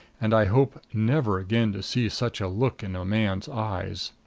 and i hope never again to see such a look in a man's eyes.